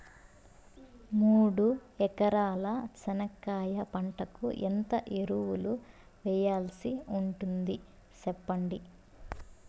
మూడు ఎకరాల చెనక్కాయ పంటకు ఎంత ఎరువులు వేయాల్సి ఉంటుంది సెప్పండి?